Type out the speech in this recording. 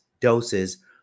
doses